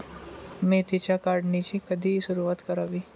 मेथीच्या काढणीची कधी सुरूवात करावी?